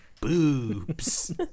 boobs